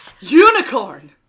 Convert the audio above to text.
Unicorn